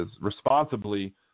responsibly